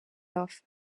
off